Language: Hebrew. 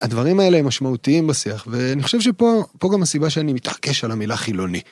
הדברים האלה משמעותיים בשיח, ואני חושב שפה פה גם הסיבה שאני מתעקש על המילה חילוני.